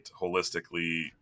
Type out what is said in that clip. holistically